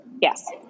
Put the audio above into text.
Yes